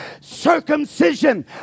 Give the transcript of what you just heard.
circumcision